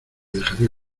dejaré